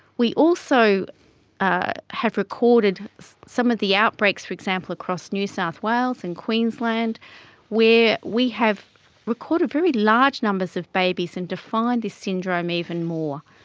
we also ah have recorded some of the outbreaks, for example, across new south wales and queensland where we have recorded very large numbers of babies and defined this syndrome even more.